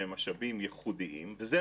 כל אחד,